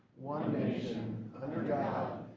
one nation under god,